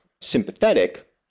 sympathetic